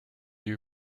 you